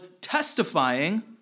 testifying